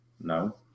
no